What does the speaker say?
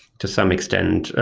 to some extent,